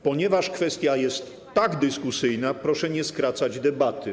Ponieważ kwestia jest tak dyskusyjna, proszę nie skracać debaty.